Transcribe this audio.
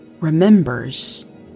remembers